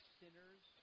sinners